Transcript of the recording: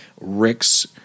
Rick's